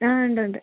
S ഉണ്ട് ഉണ്ട്